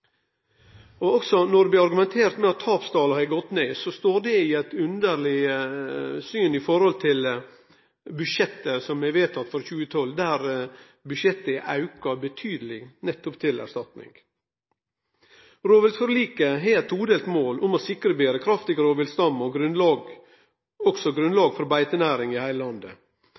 Når det blir argumentert med at tapstala har gått ned, står det i eit underleg lys i forhold til budsjettet som er vedteke for 2012, der beløpet er auka betydeleg nettopp til erstatning. Rovviltforliket har eit todelt mål om å sikre ei berekraftig rovviltstamme og grunnlaget for beitenæringa i heile landet.